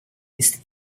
ist